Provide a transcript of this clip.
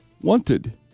wanted